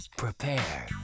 Prepare